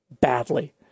Badly